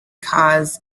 cause